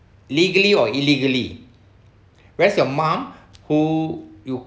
legally or illegally whereas your mum who you